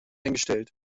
eingestellt